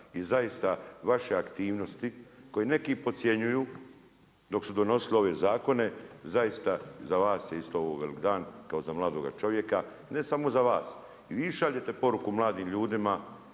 i zaista, vaše aktivnosti, koji neki podcjenjuju, dok su donosili ove zakone, zaista za vas su isto ovo veliki dan kao za mladoga čovjeka. Ne samo za vas i vi šaljete poruku mladim ljudima,